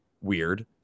weird